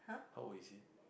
how old is he